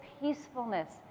peacefulness